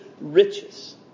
riches